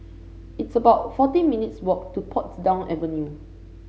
it's about fourteen minutes' walk to Portsdown Avenue